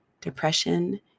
depression